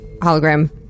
Hologram